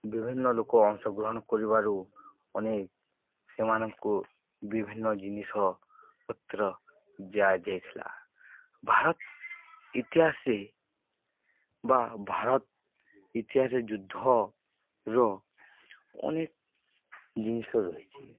ବିଭିନ୍ନ ଲୋକ ଅଂଶଗ୍ରହଣ କରିବାରୁ ଅନେକ ସେମାନଙ୍କୁ ବିଭିନ୍ନ ଜିନିଷ ପତ୍ର ଦିଆଯାଇଥିଲା ଭାରତ ଇତିହାସରେ ବା ଭାରତ ଇତିହାସ ଯୁଦ୍ଧର ଅନେକ ଜିନିଷ ରହିଛି